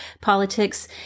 politics